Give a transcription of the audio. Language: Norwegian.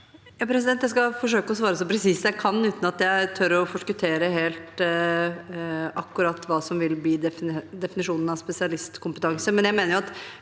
Jeg skal forsøke å svare så presist jeg kan, uten at jeg tør å forskuttere helt akkurat hva som vil bli definisjonen av spesialkompetanse.